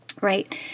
Right